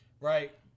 right